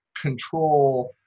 control